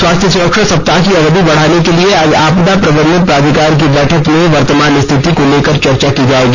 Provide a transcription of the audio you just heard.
स्वास्थ्य सुरक्षा सप्ताह की अवधि बढाने के लिए आज आपदा प्रबंधन प्राधिकार की बैठक में वर्तमान स्थिति को लेकर चर्चा की जायेगी